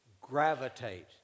gravitate